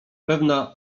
pewna